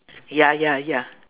ya ya ya